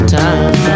time